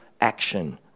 action